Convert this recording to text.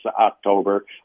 October